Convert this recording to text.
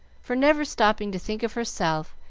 for, never stopping to think of herself,